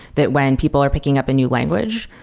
that when people are picking up a new language,